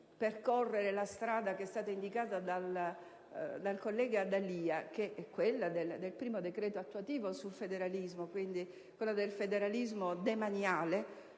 percorrere la strada indicata dal collega D'Alia, che è quella del primo decreto attuativo sul federalismo, quello del federalismo demaniale,